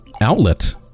outlet